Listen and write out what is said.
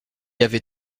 avait